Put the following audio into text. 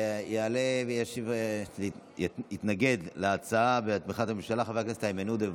יעלה ויתנגד להצעה בתמיכת הממשלה חבר הכנסת איימן עודה.